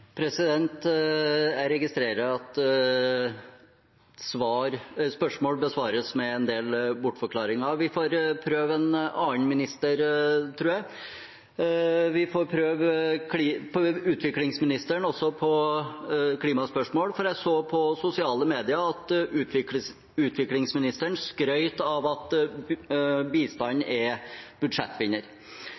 Jeg registrerer at spørsmål besvares med en del bortforklaringer. Vi får prøve en annen minister, tror jeg. Vi får prøve utviklingsministeren også på klimaspørsmål, for jeg så på sosiale medier at utviklingsministeren skrøt av at bistanden er budsjettvinner.